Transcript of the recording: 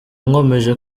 nkomeje